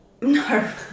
No